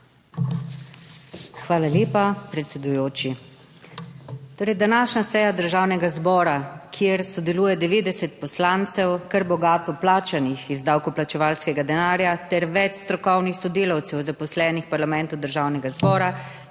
Hvala lepa, predsedujoči.